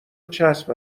چسب